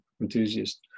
enthusiast